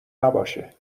نباشه